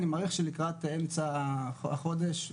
אני מעריך שלקראת אמצע החודש,